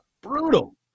brutal